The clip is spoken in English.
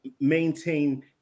maintain